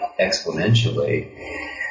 exponentially